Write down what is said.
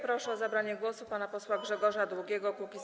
Proszę o zabranie głosu pana posła Grzegorza Długiego, Kukiz’15.